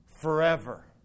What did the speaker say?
forever